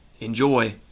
Enjoy